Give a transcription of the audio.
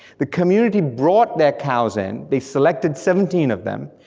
the community brought their cows in, they selected seventeen of them,